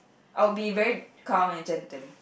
I would be very calm and gentle